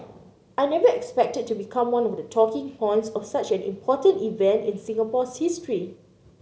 I never expected to become one of the talking points of such an important event in Singapore's history